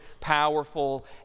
powerful